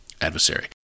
adversary